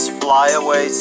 flyaway